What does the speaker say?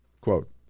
Quote